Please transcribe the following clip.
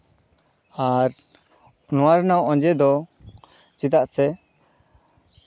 ᱟᱨ ᱱᱚᱣᱟ ᱨᱮᱱᱟᱜ ᱚᱡᱮ ᱫᱚ ᱪᱮᱫᱟᱜ ᱥᱮ